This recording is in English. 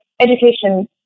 education